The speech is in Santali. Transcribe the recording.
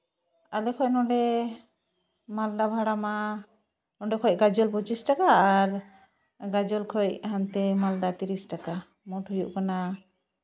ᱟᱞᱮ ᱠᱷᱚᱡ ᱱᱚᱸᱰᱮ ᱢᱟᱞᱫᱟ ᱵᱷᱟᱲᱟ ᱢᱟ ᱱᱚᱸᱰᱮ ᱠᱷᱚᱡ ᱜᱟᱡᱚᱞ ᱯᱚᱸᱪᱤᱥ ᱴᱟᱠᱟ ᱟᱨ ᱜᱟᱡᱚᱞ ᱠᱷᱚᱡ ᱦᱟᱱᱛᱮ ᱢᱟᱞᱫᱟ ᱛᱤᱨᱤᱥ ᱴᱟᱠᱟ ᱢᱳᱴ ᱦᱩᱭᱩᱜ ᱠᱟᱱᱟ